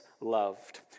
loved